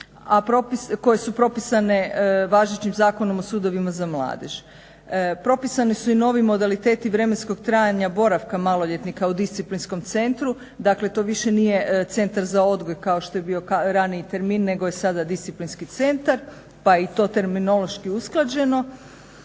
koje su propisane važećim Zakonom o sudovima za mladež. Propisani su i novi modaliteti vremenskog trajanja boravka maloljetnika u disciplinskom centru. Dakle, to više nije Centar za odgoj kao što je bio raniji termin nego je sada disciplinski centar, pa je i to terminološki usklađeno.